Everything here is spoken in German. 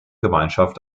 gemeinschaft